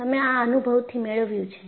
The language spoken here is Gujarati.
તમે આ અનુભવથી મેળવ્યું છે